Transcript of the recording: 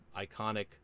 iconic